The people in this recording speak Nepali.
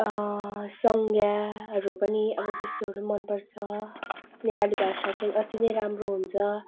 संज्ञाहरू पनि अब त्यस्तोहरू मन पर्छ नेपाली भाषा चाहिँ अति नै राम्रो हुन्छ